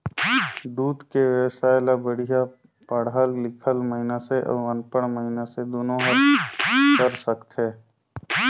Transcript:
दूद के बेवसाय ल बड़िहा पड़हल लिखल मइनसे अउ अनपढ़ मइनसे दुनो हर कर सकथे